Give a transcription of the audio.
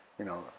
you know.